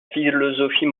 philosophie